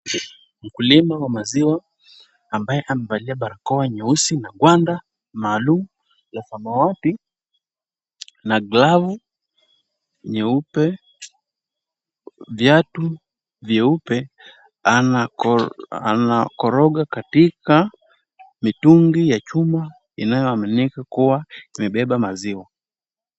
Mkulima wa maziwa ambaye amevalia barakoa nyeusi na gwanda maalum la samawati na glavu nyeupe, viatu vyeupe anakoroga katika mitungi ya chuma inayoaminika kuwa zimebeba maziwa.